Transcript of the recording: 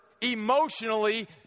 emotionally